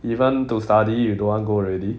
even to study you don't want go already